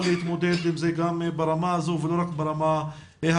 להתמודד עם זה גם ברמה הזו ולא רק ברמה ההסברתית.